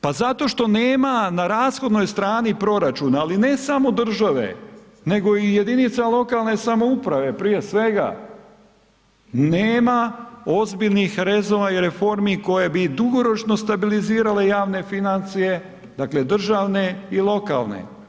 Pa zato što nema na rashodnoj strani proračuna ali ne samo države nego i jedinica lokalne samouprave prije svega, nema zbiljnih rezova i reformi koje bi dugoročno stabilizirale javne financije, dakle državne i lokalne.